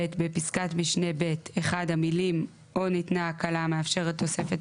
בפסקת משנה (ב) המלים "או ניתנה הקלה המאפשרת תוספת